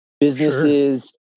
businesses